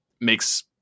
makes